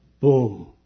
Boom